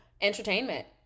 entertainment